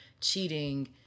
cheating